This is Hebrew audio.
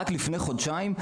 רק לפני חודשיים,